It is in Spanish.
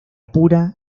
pura